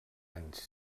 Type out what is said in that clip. anys